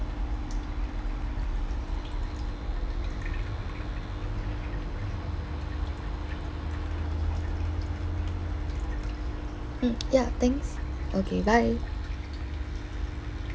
mm ya thanks okay bye